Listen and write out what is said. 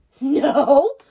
No